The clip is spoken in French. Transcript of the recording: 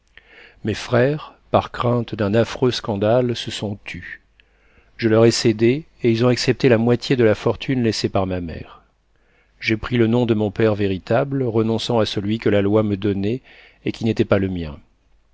mes frères par crainte d'un affreux scandale se sont tus je leur ai cédé et ils ont accepté la moitié de la fortune laissée par ma mère j'ai pris le nom de mon père véritable renonçant à celui que la loi me donnait et qui n'était pas le mien